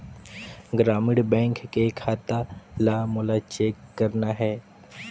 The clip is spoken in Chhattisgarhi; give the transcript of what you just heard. ग्रामीण बैंक के खाता ला मोला चेक करना हे?